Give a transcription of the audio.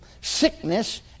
Sickness